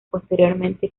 posteriormente